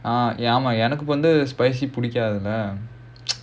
uh ஆமா எனக்கு வந்து:aamaa enakku vandhu spicy பிடிக்காதுதான்:pidikkaathuthaan